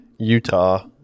Utah